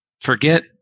forget